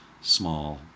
small